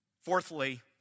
Fourthly